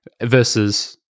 Versus